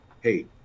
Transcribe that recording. hey